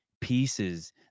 pieces